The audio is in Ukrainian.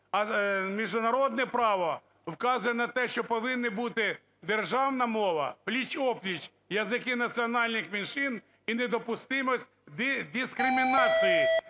А міжнародне право вказує на те, що повинна бути державна мова, пліч-о-пліч язики національних меншин і недопустимість дискримінації